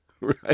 Right